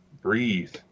breathe